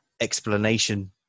explanation